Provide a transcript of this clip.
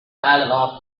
allen